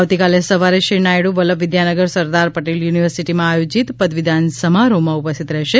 આવતીકાલે સવારે શ્રી નાયડુ વલ્લભ વિદ્યાનગર સરદાર પટેલ યુનિવર્સિટીમાં આયોજિત પદવીદાન સમારોહમાં ઉપસ્થિત રહેશે